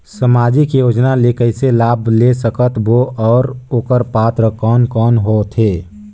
समाजिक योजना ले कइसे लाभ ले सकत बो और ओकर पात्र कोन कोन हो थे?